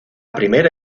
primera